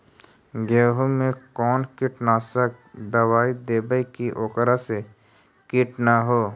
गेहूं में कोन कीटनाशक दबाइ देबै कि ओकरा मे किट न हो?